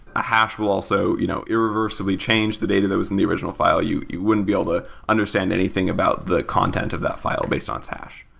a hash will also you know irreversibly change the data that was in the original file. you you wouldn't be able to understand anything about the content of that file based on its hash.